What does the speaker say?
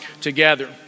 together